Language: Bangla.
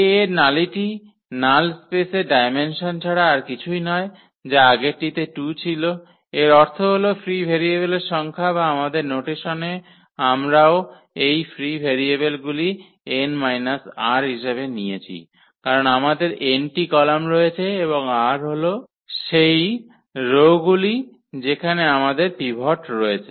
𝐴 এর নালিটি নাল স্পেসের ডায়মেনসন ছাড়া আর কিছুই নয় যা আগেরটিতে 2 ছিল এর অর্থ হল ফ্রি ভেরিয়েবলের সংখ্যা বা আমাদের নোটেশনে আমরাও এই ফ্রি ভেরিয়েবলগুলি n - r হিসাবে নিয়েছি কারণ আমাদের n টি কলাম রয়েছে এবং আর r হল সেই রো গুলি যেখানে আমাদের পিভট রয়েছে